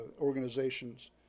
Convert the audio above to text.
organizations